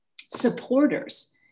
supporters